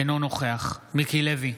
אינו נוכח מיקי לוי,